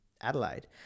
Adelaide